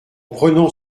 prenant